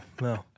No